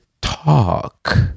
talk